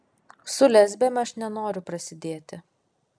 su lesbėm aš nenoriu prasidėti